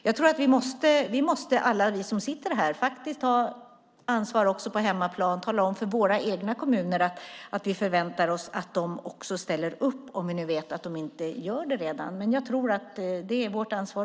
Jag tror att alla vi som sitter här faktiskt måste ta ansvar på hemmaplan och tala om för våra egna kommuner att vi förväntar oss att de ställer upp, om vi nu vet att de inte redan gör det. Det är också vårt ansvar.